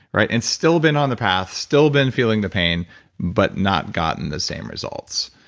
right? and still been on the path. still been feeling the pain but not gotten the same results.